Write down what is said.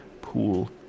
pool